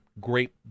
great